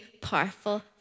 powerful